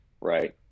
right